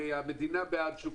המדינה בעד שוק